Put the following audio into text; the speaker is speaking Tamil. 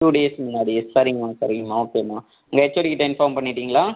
டூ டேஸ்ஸுக்கு முன்னாடியே சரிங்கம்மா சரிங்கம்மா ஓகேம்மா உங்கள் ஹெச்ஓடி கிட்டே இன்ஃபார்ம் பண்ணிவிட்டிங்களா